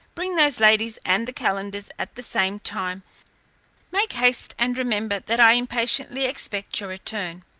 bring those ladies and the calenders at the same time make haste, and remember that i impatiently expect your return.